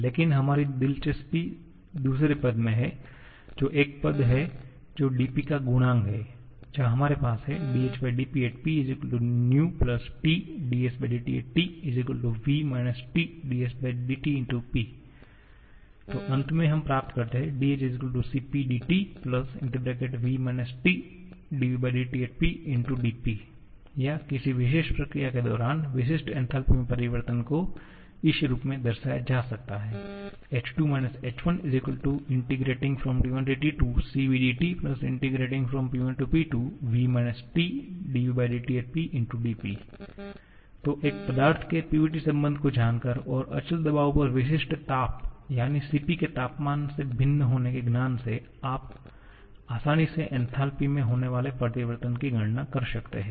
लेकिन हमारी दिलचस्पी दूसरे पद में है जो एक पद है जो dP का गुणांक है जहां हमारे पास है hPpvTsTT v TvTP तो अंत में हम प्राप्त करते हैं dh 𝐶𝑝 𝑑𝑇 v TvTPdP या किसी विशेष प्रक्रिया के दौरान विशिष्ट एन्थालपी में परिवर्तन को इस रूप में दर्शाया जा सकता है h2 h1T1T2CvdTP1P2v TvTpdP तो एक पदार्थ के PVT संबंध को जानकर और अचल दबाव पर विशिष्ट ताप यानी Cp के तापमान से भिन्न होने के ज्ञान से आप आसानी से एन्थालपी में होने वाले परिवर्तनों की गणना कर सकते हैं